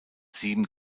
sieben